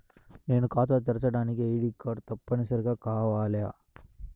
నేను ఖాతా తెరవడానికి ఐ.డీ కార్డు తప్పనిసారిగా కావాలా?